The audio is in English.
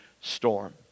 storm